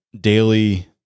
daily